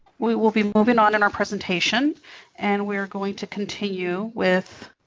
we will be moving on in our presentation and we are going to continue with